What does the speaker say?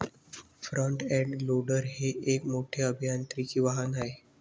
front end loader हे एक मोठे अभियांत्रिकी वाहन आहे